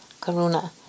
karuna